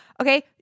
Okay